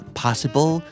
possible